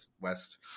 West